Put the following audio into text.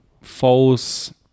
false